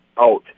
out